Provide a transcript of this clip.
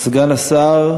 להכנה לקריאה שנייה